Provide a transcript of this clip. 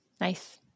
Nice